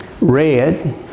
red